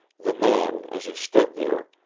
the man, as he stood there,